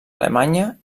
alemanya